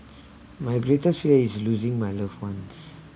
my greatest fear is losing my loved ones